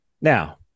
now